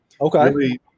Okay